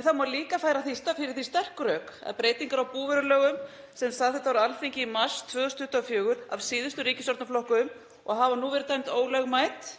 En það má líka færa fyrir því sterk rök að breytingar á búvörulögum, sem samþykkt voru á Alþingi í mars 2024 af síðustu ríkisstjórnarflokkum og hafa nú verið dæmd ólögmæt,